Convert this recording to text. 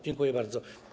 Dziękuję bardzo.